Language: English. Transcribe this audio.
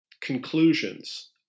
conclusions